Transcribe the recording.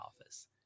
office